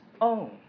own